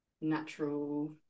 natural